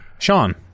Sean